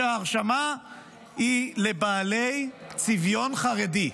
שההרשמה היא לבעלי צביון חרדי.